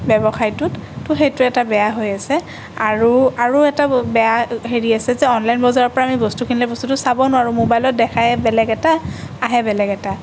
ব্যৱসায়টোত তো সেইটো এটা বেয়া হৈ আছে আৰু আৰু এটা বেয়া হেৰি আছে যে অনলাইন বজাৰৰ পৰা আমি বস্তু কিনিলে বস্তুটো চাব নোৱাৰোঁ মোবাইলত দেখায় বেলেগ এটা আহে বেলেগ এটা